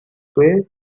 quay